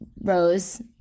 rose